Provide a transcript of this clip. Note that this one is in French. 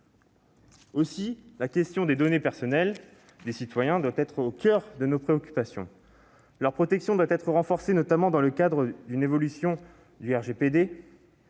Aussi, la question des données personnelles des citoyens doit être au coeur de nos préoccupations. La protection de ces derniers doit être renforcée, notamment dans le cadre d'une évolution du RGPD,